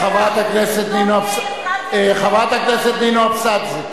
זאת האילוסטרציה, חברת הכנסת נינו אבסדזה.